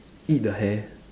eat the hair